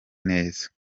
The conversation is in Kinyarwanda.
neza